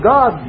God